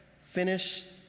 finish